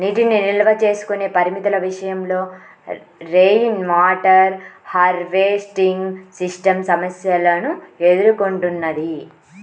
నీటిని నిల్వ చేసుకునే పరిమితుల విషయంలో రెయిన్వాటర్ హార్వెస్టింగ్ సిస్టమ్ సమస్యలను ఎదుర్కొంటున్నది